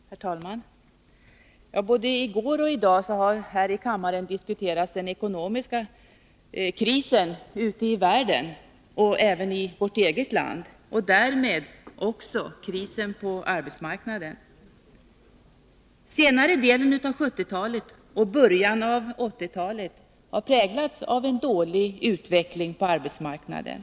Herr talman! Både i går och i dag har här i kammaren diskuterats den ekonomiska krisen både ute i världen och i vårt eget land och därmed också krisen på arbetsmarknaden. Senare delen av 1970-talet och början av 1980-talet har präglats av en dålig utveckling på arbetsmarknaden.